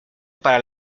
para